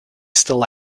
still